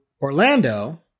Orlando